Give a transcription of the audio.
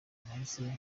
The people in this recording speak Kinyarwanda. nahise